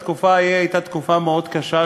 התקופה ההיא הייתה תקופה מאוד קשה,